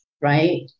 right